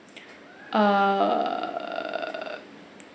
err